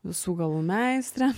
visų galų meistrė